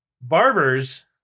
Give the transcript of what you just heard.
barbers